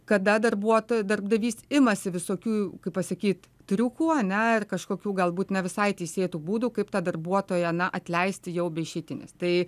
kada darbuotojo darbdavys imasi visokių kaip pasakyt triukų ane ir kažkokių galbūt ne visai teisėtų būdų kaip tą darbuotoją na atleisti jau be išeitinės tai